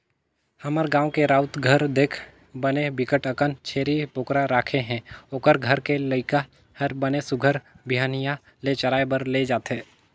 हमर गाँव के राउत घर देख बने बिकट अकन छेरी बोकरा राखे हे, ओखर घर के लइका हर बने सुग्घर बिहनिया ले चराए बर ले जथे